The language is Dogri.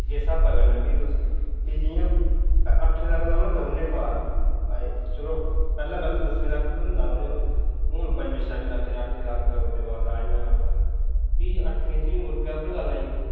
ते स्हाबा कन्नै फ्ही तुस फ्ही जि'यां अट्ठमीं तक ते उ'नें करी ओड़ने पास भाई चलो पैह्लें पैह्लें दसमीं तक बी होंदा हा चलो हून पंजमीं छेमीं तक जां अट्ठमीं तक करूओड़दे पास राजमाएं उप्पर फ्हीं अट्ठमीं च बी मुर्गे पर गल्ल आई जंदी